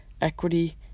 equity